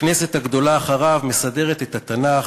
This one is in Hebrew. וכנסת הגדולה אחריו מסדרת את התנ"ך,